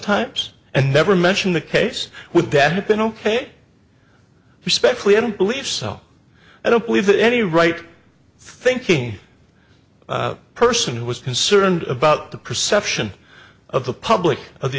sometimes and never mention the case with that have been ok respectfully i don't believe so i don't believe that any right thinking person who was concerned about the perception of the public of the